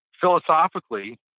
philosophically